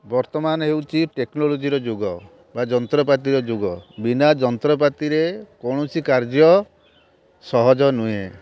ବର୍ତ୍ତମାନ ହେଉଛି ଟେକ୍ନୋଲୋଜିର ଯୁଗ ବା ଯନ୍ତ୍ରପାତିର ଯୁଗ ବିନା ଯନ୍ତ୍ରପାତିରେ କୌଣସି କାର୍ଯ୍ୟ ସହଜ ନୁହେଁ